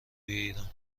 ایران